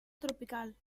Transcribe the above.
tropical